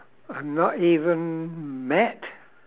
I'm not even met